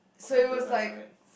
how don't I know it